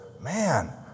man